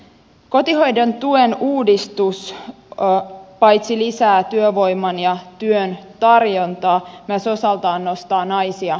kotihoidon tuen uudistus paitsi lisää työvoiman ja työn tarjontaa myös osaltaan nostaa naisia palkkakuopasta